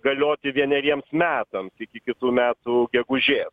galioti vieneriems metams iki kitų metų gegužės